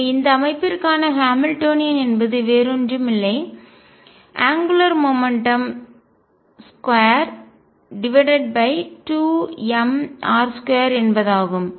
எனவே இந்த அமைப்பிற்க்கான ஹாமில்டோனியன் என்பது வேறு ஒன்றுமில்லை அங்குலார் மொமெண்ட்டம் கோண உந்தம் 2 2mr2என்பதாகும்